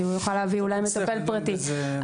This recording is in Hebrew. כמו שאמרת,